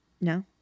no